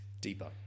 Deeper